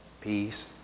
peace